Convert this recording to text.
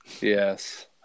Yes